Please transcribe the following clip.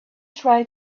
try